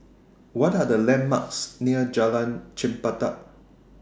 What Are The landmarks near Jalan Chempedak